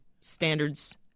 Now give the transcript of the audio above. standards